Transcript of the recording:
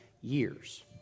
years